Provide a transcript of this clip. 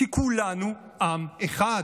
כי כולנו עם אחד.